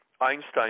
Einstein